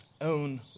own